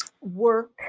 work